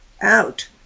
out